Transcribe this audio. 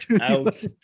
Out